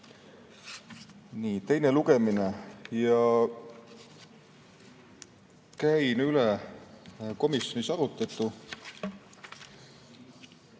Nii, teine lugemine. Käin üle komisjonis arutletu.